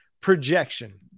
projection